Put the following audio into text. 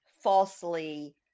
falsely